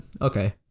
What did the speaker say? okay